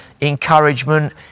encouragement